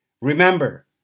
remember